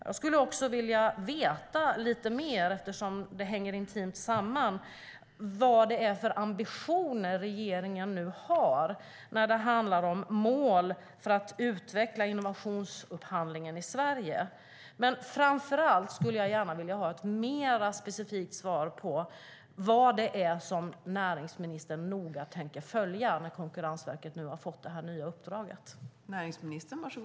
Jag skulle också vilja veta mer, eftersom det hänger intimt samman, om vad regeringen har för ambitioner när det handlar om mål för att utveckla innovationsupphandlingen i Sverige. Framför allt skulle jag dock vilja ha ett mer specifikt svar på vad näringsministern noga tänker följa nu när Konkurrensverket har fått detta nya uppdrag.